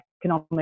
economic